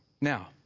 Now